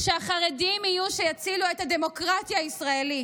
שהחרדים יהיו מי שיצילו את הדמוקרטיה הישראלית.